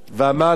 הוא אמר לי,